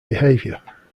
behavior